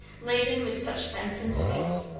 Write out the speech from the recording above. laden with such scents and sweets,